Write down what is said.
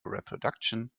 reproduction